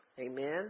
Amen